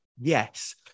yes